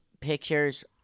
pictures